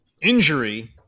injury